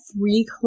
three